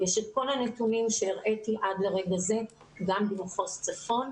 יש את כל הנתונים שהראיתי עד לרגע זה גם במחוז צפון,